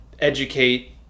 educate